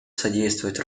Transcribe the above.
содействовать